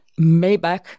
Maybach